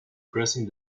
pressing